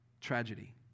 tragedy